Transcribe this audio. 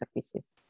services